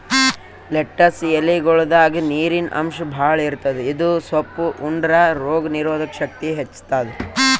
lettuce ಎಲಿಗೊಳ್ದಾಗ್ ನೀರಿನ್ ಅಂಶ್ ಭಾಳ್ ಇರ್ತದ್ ಇದು ಸೊಪ್ಪ್ ಉಂಡ್ರ ರೋಗ್ ನೀರೊದಕ್ ಶಕ್ತಿ ಹೆಚ್ತಾದ್